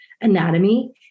anatomy